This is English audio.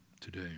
today